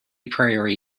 priori